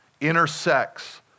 intersects